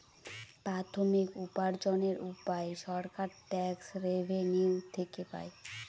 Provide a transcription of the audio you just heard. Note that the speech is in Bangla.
প্রাথমিক উপার্জনের উপায় সরকার ট্যাক্স রেভেনিউ থেকে পাই